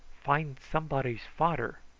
find somebody's fader!